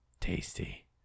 Tasty